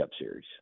Series